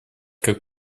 как